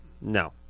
No